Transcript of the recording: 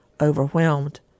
overwhelmed